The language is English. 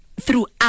throughout